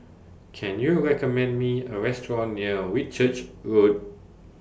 Can YOU recommend Me A Restaurant near Whitchurch Road